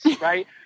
right